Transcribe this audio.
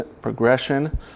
progression